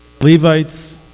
Levites